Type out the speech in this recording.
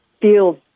feels